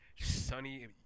sunny